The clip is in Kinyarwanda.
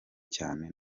cyane